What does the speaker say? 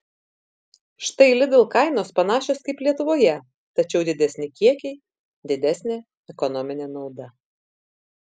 štai lidl kainos panašios kaip lietuvoje tačiau didesni kiekiai didesnė ekonominė nauda